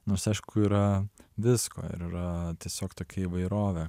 nors aišku yra visko ir yra tiesiog tokia įvairovė